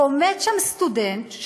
ועומד שם סטודנט,